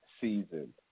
season